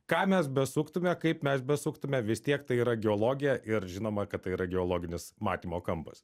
ką mes besuktume kaip mes besuktume vis tiek tai yra geologija ir žinoma kad tai yra geologinis matymo kampas